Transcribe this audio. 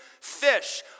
fish